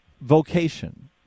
vocation